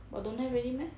orh don't have already meh